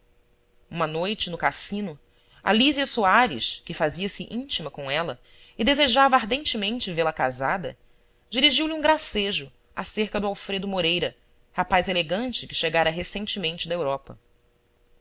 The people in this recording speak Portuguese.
uma noite no cassino a lísia soares que fazia-se íntima com ela e desejava ardentemente vê-la casada dirigiu-lhe um gracejo acerca do alfredo moreira rapaz elegante que chegara recentemente da europa